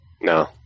No